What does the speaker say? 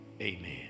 Amen